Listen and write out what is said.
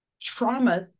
traumas